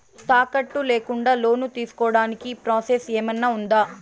తాకట్టు లేకుండా లోను తీసుకోడానికి ప్రాసెస్ ఏమన్నా ఉందా?